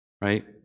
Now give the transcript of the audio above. Right